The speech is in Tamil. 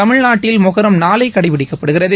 தமிழ்நாட்டில் மொகரம் நாளை கடைபிடிக்கப்படுகிறது